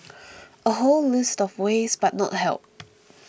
a whole list of ways but not help